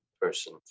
person